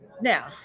Now